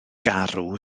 garw